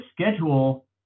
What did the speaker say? schedule